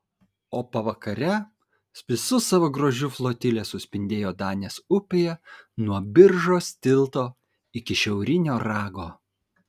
o pavakare visu savo grožiu flotilė suspindėjo danės upėje nuo biržos tilto iki šiaurinio rago